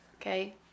Okay